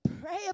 pray